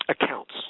accounts